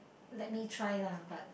let me try lah but